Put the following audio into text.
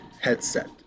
headset